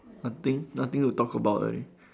nothing nothing to talk about already